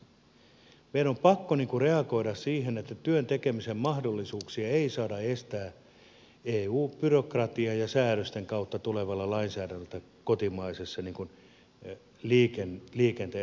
meidän on pakko reagoida siihen että työn tekemisen mahdollisuuksia ei saa estää eu byrokratian ja säädösten kautta tulevalla lainsäädännöllä kotimaisessa liikenteen harjoittamisessa